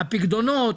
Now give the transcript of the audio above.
הפיקדונות,